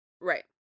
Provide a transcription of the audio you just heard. Right